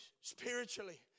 spiritually